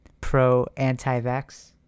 pro-anti-vax